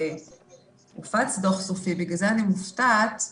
ובגלל זה אני מופתעת: